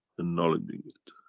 acknowledging it,